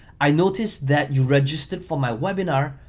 i noticed that you registered for my webinar,